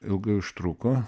ilgai užtruko